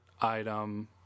item